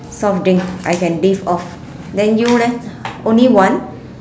soft drink I can live off then you leh only one